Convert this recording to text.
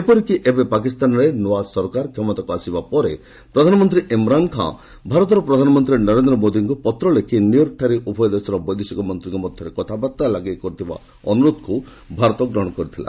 ଏପରିକି ଏବେ ପାକିସ୍ତାନରେ ନୂଆ ସରକାର କ୍ଷମତାକୁ ଆସିବାପରେ ପ୍ରଧାନମନ୍ତ୍ରୀ ଇମାନ ଖାଁ ଭାରତର ପ୍ରଧାନମନ୍ତ୍ରୀ ନରେନ୍ଦ ମୋଦିଙ୍କ ପତ୍ନ ଲେଖି ନ୍ୟୁୟର୍କଠାରେ ଉଭୟ ଦେଶର ବୈଦେଶିକ ମନ୍ତ୍ରୀଙ୍କ ମଧ୍ୟରେ କଥାବାର୍ତ୍ତା ପାଇଁ କରିଥିବା ଅନୁରୋଧକୁ ଭାରତ ଗ୍ରହଣ କରିଥିଲା